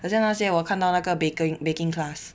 很像那些我看到那个 baking baking class